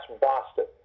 Boston